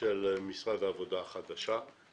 החדשה של משרד העבודה והרווחה.